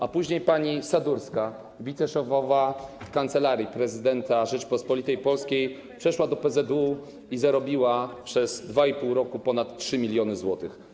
A później pani Sadurska, wiceszefowa Kancelarii Prezydenta Rzeczypospolitej Polskiej, przeszła do PZU i zarobiła przez 2,5 roku ponad 3 mln zł.